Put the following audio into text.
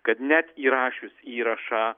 kad net įrašius įrašą